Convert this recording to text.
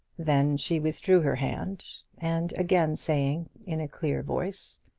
then she withdrew her hand, and again saying, in a clear voice,